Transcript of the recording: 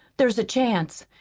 there's a chance.